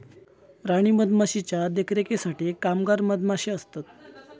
राणी मधमाशीच्या देखरेखीसाठी कामगार मधमाशे असतत